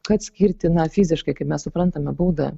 kad skirti na fiziškai kaip mes suprantame baudą